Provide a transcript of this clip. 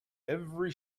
every